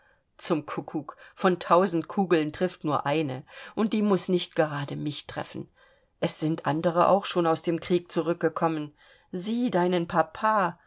zum kuckuck von tausend kugeln trifft nur eine und die muß nicht gerade mich treffen es sind andere auch schon aus dem krieg zurückgekommen sieh deinen papa